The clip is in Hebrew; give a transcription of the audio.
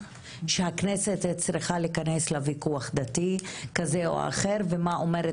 שהכנסת צריכה להיכנס לוויכוח דתי כזה או אחר ומה אומרת